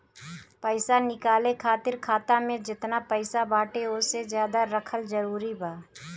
पईसा निकाले खातिर खाता मे जेतना पईसा बाटे ओसे ज्यादा रखल जरूरी बा?